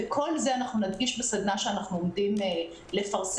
את כל זה נדגיש בסדנה שאנחנו עומדים לפרסם,